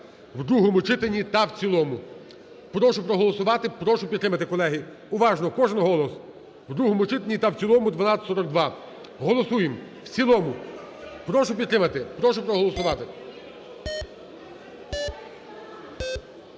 у другому читанні та в цілому. Прошу проголосувати, прошу підтримати, колеги – уважно, кожен голос – у другому читанні та в цілому 1242. Голосуємо в цілому. Прошу підтримати, прошу проголосувати.